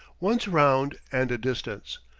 once round and a distance.